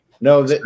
No